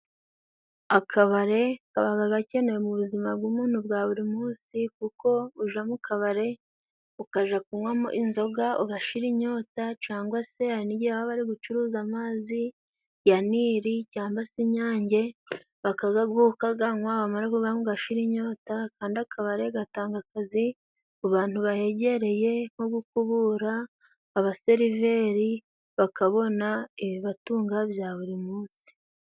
Akabare kaba ga gakenewe mu buzima bw'umuntu bwa buri munsi kuko uja mu kabare ukaja kunywamo inzoga ugashira inyota cangwa se hari n'igihe bari bari gucuruza amazi ya Nili cangwa se Inyange bakagaguha ukakanywa, wamara kuganywa ugashira inyota kandi akabare gatanga akazi ku bantu bahegereye nko gukubura, abaseriveri bakabona ibibatunga bya buri munsi.